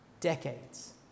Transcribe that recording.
Decades